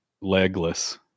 legless